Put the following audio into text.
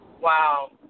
Wow